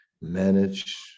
manage